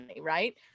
right